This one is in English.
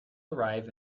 arrive